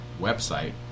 website